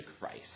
Christ